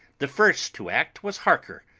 the first to act was harker,